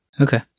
Okay